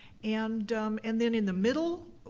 and um and then in the middle,